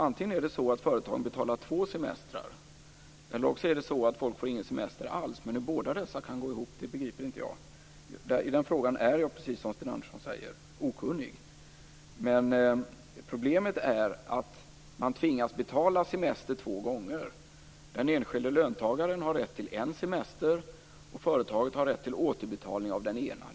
Antingen betalar alltså företagen två semestrar eller också får folk inte någon semester alls, men hur båda dessa kan gå ihop begriper inte jag. I den frågan är jag, precis som Sten Andersson säger, okunnig. Problemet är att man tvingas betala semester två gånger. Den enskilde löntagaren har rätt till en semester, och företaget har rätt till återbetalning av den ena.